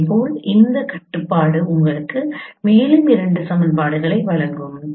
இதேபோல் இந்த கட்டுப்பாடு உங்களுக்கு மேலும் இரண்டு சமன்பாடுகளை வழங்கும்